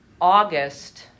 August